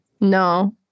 No